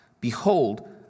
behold